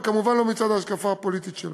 וכמובן לא מצד ההשקפה הפוליטית שלו.